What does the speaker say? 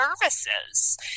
services